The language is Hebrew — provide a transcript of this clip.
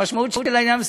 המשמעות של העניין,